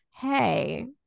hey